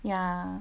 ya